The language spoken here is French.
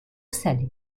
salé